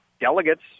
delegates